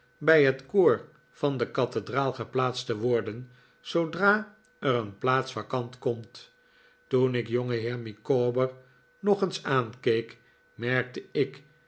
bij het koor van de kathedraal geplaatst te worden zoodra er een plaats vacant komt toen ik jongenheer micawber nog eens aankeek merkte ik